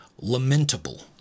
lamentable